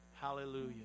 hallelujah